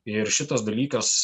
ir šitas dalykas